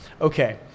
okay